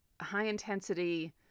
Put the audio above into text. high-intensity